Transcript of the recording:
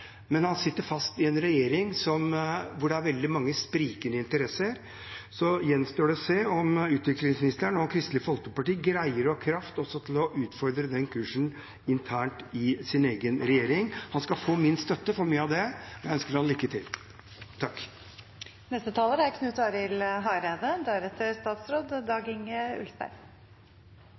men han sitter fast i en regjering der det er veldig mange sprikende interesser. Det gjenstår å se om utviklingsministeren og Kristelig Folkeparti har kraft til å utfordre den kursen internt i sin egen regjering. Han skal få min støtte til mye av det. Jeg ønsker ham lykke til. Eg vil starte med å takke utviklingsministeren for ei svært god utgreiing. Det er